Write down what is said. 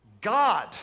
God